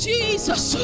Jesus